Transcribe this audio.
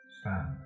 stand